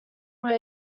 were